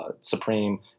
Supreme